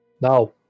now